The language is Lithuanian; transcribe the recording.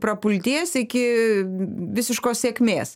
prapulties iki visiškos sėkmės